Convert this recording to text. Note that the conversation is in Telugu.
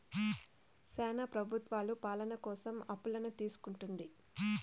శ్యానా ప్రభుత్వాలు పాలన కోసం అప్పులను తీసుకుంటుంది